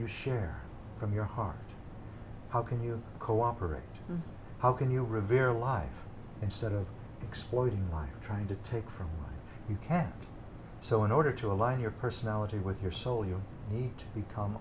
you share from your heart how can you cooperate how can you revere life instead of exploiting life trying to take from you kept so in order to align your personality with your soul you need to become